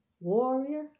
warrior